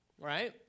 right